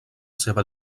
seva